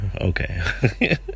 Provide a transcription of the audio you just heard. okay